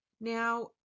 now